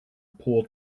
pool